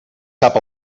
sap